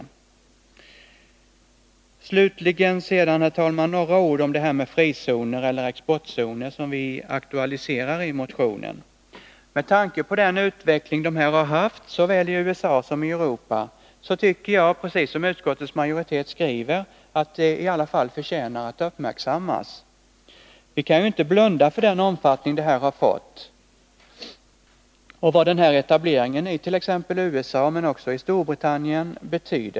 Slutligen, herr talman, några ord om det här med frizoner eller exportzoner, som vi aktualiserar i motionen. Med tanke på den utveckling dessa har haft i såväl USA som Europa tycker jag, precis som utskottsmajoriteten skriver, att de ”förtjänar att uppmärksammas”. Vi kan inte blunda för den omfattning de har fått och vad den här etableringen betyder i t.ex. USA men också i Storbritannien.